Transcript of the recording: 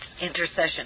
intercession